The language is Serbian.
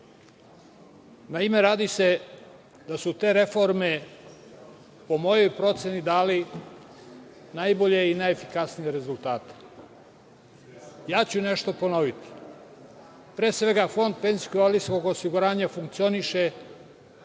Naime, radi se o tome da su te reforme, po mojoj proceni, dale najbolje i najefikasnije rezultate. Ja ću nešto ponoviti. Pre svega, Fond penzijskog i invalidskog osiguranja funkcioniše